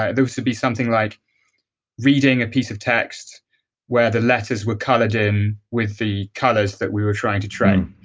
ah there was to be something like reading a piece of text where the letters were colored with the colors that we were trying to train.